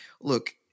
look